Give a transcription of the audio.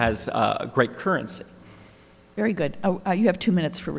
has a great currency very good you have two minutes f